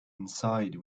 inside